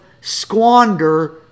squander